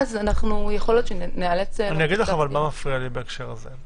אז יכול להיות שניאלץ --- אני אגיד לך אבל מה מפריע לי בהקשר הזה.